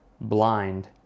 blind